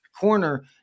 corner